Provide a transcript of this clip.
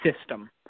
system